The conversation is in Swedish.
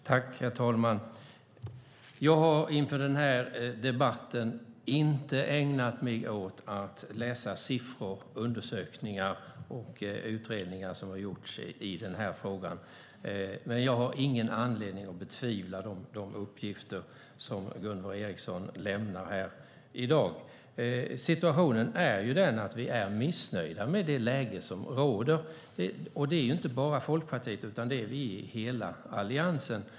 Herr talman! Jag har inför den här debatten inte ägnat mig åt att läsa siffror, undersökningar och utredningar som har gjorts i den här frågan, och jag har ingen anledning att betvivla de uppgifter som Gunvor G Ericson lämnar här i dag. Situationen är den att vi är missnöjda med det läge som råder, och det är det inte bara Folkpartiet som är, utan det gäller hela Alliansen.